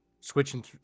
switching